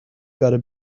gotta